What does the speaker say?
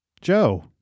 Joe